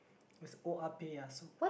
it's oya-beh-ya-som